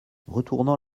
retournant